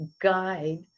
guide